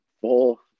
full